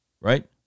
right